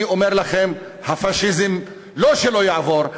אני אומר לכם: הפאשיזם לא שלא יעבור,